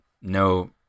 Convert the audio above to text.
no